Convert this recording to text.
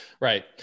Right